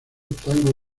tango